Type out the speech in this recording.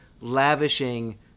lavishing